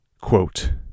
quote